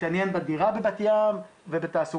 יתעניין בדירה בבת ים ובתעסוקה,